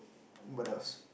what else